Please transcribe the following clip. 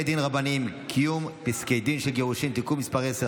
רבניים (קיום פסקי דין של גירושין) (תיקון מס' 10),